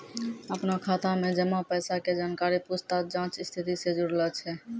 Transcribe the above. अपनो खाता मे जमा पैसा के जानकारी पूछताछ जांच स्थिति से जुड़लो छै